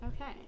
Okay